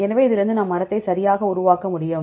எனவே இதிலிருந்து நாம் மரத்தை சரியாக உருவாக்க முடியும்